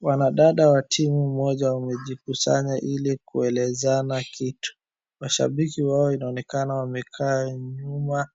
Wanadada wa timu moja wamejikusanya ili kwelezana kitu mashabiki wao inaonekana wamekaa nyuma